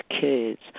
kids